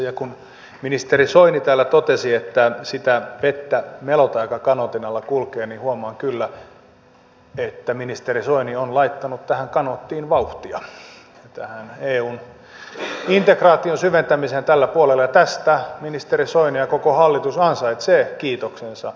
ja kun ministeri soini täällä totesi että sitä vettä melotaan joka kanootin alla kulkee niin huomaa kyllä että ministeri soini on laittanut kanoottiin vauhtia eun integraation syventämiseen tällä puolella ja tästä ministeri soini ja koko hallitus ansaitsee kiitoksensa